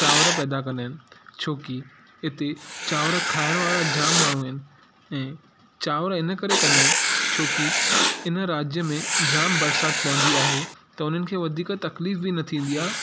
चांवर पैदा कंदा आहिनि छोकी हिते चांवर खाइण वारा जाम माण्हूं आहिनि ऐं चांवर हिन करे कंदा आहिनि छोकी आहिनि राज्य में जाम बरिसात पवंदी आहे त उन्हनि खे वधीक तकलीफ़ बि न थींदी आहे